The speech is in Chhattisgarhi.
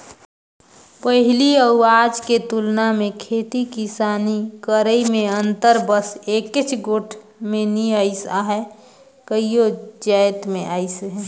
पहिली अउ आज के तुलना मे खेती किसानी करई में अंतर बस एकेच गोट में नी अइस अहे कइयो जाएत में अइस अहे